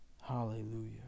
Hallelujah